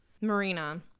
marina